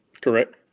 Correct